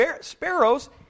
sparrows